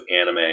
anime